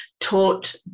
taught